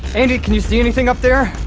andi, can you see anything up there?